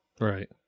Right